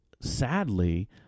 sadly